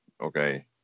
Okay